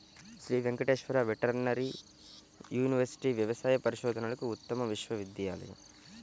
Shri Venkateswara veterinary university వ్యవసాయ పరిశోధనలకు ఉత్తమ విశ్వవిద్యాలయం